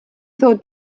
ddod